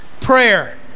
prayer